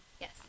Yes